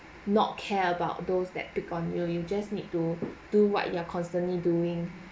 not care about those that pick on you you just need to do what you are constantly doing